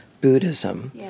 Buddhism